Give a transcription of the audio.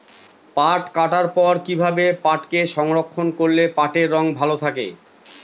পাট কাটার পর কি ভাবে পাটকে সংরক্ষন করলে পাটের রং ভালো থাকে?